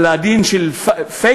על-פי הדין של פייגלין?